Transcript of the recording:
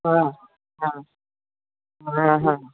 हा हा हा हा